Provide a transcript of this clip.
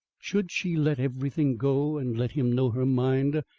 should she let everything go and let him know her mind,